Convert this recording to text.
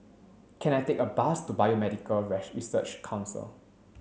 can I take a bus to Biomedical Research Council